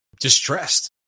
distressed